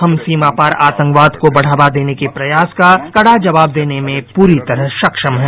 हम सीमापार आतंकवाद को बढ़ावा देने के प्रयास का कड़ा जवाब देने में पूरी तरह सक्षम हैं